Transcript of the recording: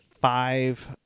five